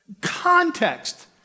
Context